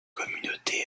communauté